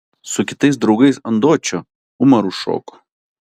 su kitais draugais ant dočio umaru šoko